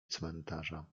cmentarza